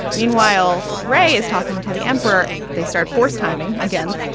meanwhile, ray is talking to the emperor. they start forced timing again,